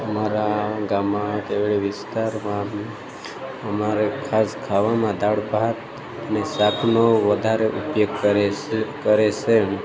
અમારા ગામમાં કેવળી વિસ્તારમાં અમારે ખાસ ખાવામાં દાળ ભાત ને શાકનો વધારે ઉપયોગ કરે છે કરે છે એમ